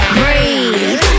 breathe